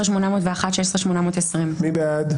16,521 עד 16,540. מי בעד?